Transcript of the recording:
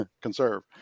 conserve